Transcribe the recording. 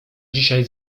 dzisiaj